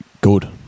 good